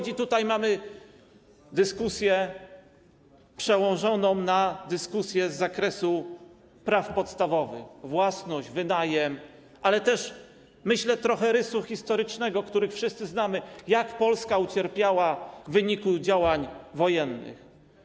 Mamy tutaj dyskusję przełożoną na dyskusję z zakresu praw podstawowych: własności, wynajmu, ale też, jak myślę, jest trochę rysu historycznego, który wszyscy znamy, jak Polska ucierpiała w wyniku działań wojennych.